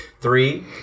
Three